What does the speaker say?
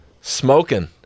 Smoking